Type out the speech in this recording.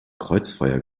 kreuzfeuer